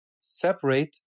separate